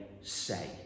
say